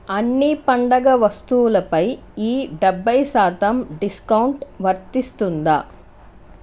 అన్ని పండుగ వస్తువులపై ఈ డెబ్బై శాతం డిస్కౌంట్ వర్తిస్తుందా